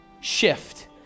shift